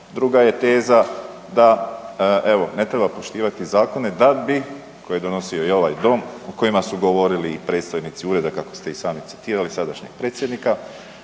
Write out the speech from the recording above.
Druga je teza da evo, ne treba poštivati zakone da bi, koje je donosio i ovaj dom, kojima su govorili i predstojnici ureda kako ste i sami citirali sadašnjeg Predsjednika,